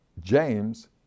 James